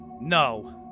no